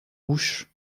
ouche